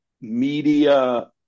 media